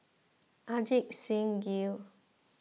Ajit Singh Gill